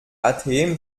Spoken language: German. atem